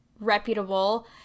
reputable